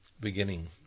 beginning